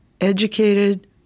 Educated